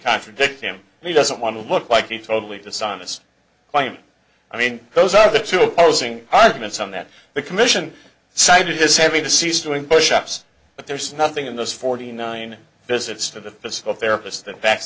contradict him and he doesn't want to look like he totally dishonest claim i mean those are the two opposing arguments on that the commission cited this a way to cease doing pushups but there's nothing in those forty nine visits to the physical therapist that bac